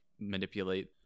manipulate